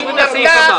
הישיבה נעולה.